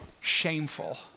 shameful